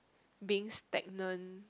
being stagnant